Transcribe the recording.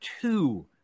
two